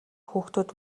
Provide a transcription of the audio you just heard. хүүхдүүд